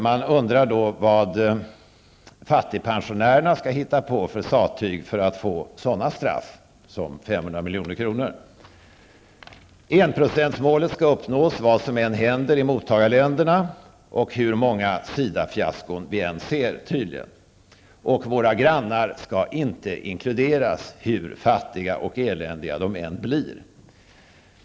Man undrar då vad fattigpensionärerna skall hitta på för sattyg för att bli bestraffade med 500 milj.kr. Enprocentsmålet skall tydligen uppnås trots vad som än händer i mottagarländerna och hur många SIDA-fiaskon vi än ser. Våra grannländer skall inte inkluderas hur fattiga och eländiga de än blir.